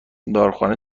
داروخانه